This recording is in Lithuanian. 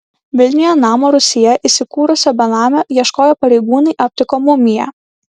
vilniuje namo rūsyje įsikūrusio benamio ieškoję pareigūnai aptiko mumiją